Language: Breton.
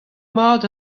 mat